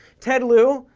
ted lieu,